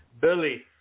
Billy